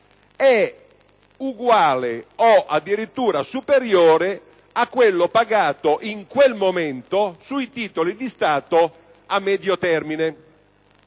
è uguale, o addirittura superiore, a quello pagato in quel momento sui titoli di Stato a medio termine.